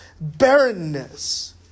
barrenness